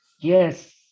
Yes